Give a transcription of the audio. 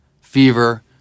fever